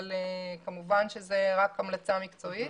אבל כמובן שזו רק המלצה מקצועית.